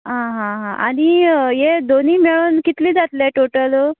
आं हां हां आनी ये दोनी मेळोन कितलें जातलें टोटल